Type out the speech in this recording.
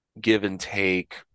give-and-take